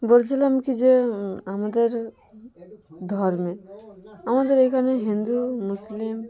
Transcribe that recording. বলছিলাম কি যে আমাদের ধর্মে আমাদের এইখানে হিন্দু মুসলিম